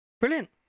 Brilliant